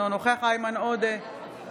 אינו נוכח איימן עודה,